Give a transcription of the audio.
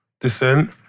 descent